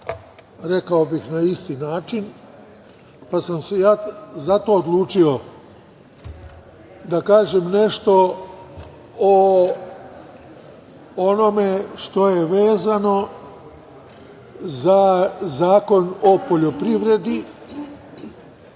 rekao bih na isti način, pa sam se ja zato odlučio da kažem nešto o onome što je vezano za Zakon o poljoprivredi